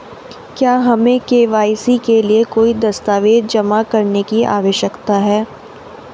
क्या हमें के.वाई.सी के लिए कोई दस्तावेज़ जमा करने की आवश्यकता है?